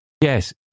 Yes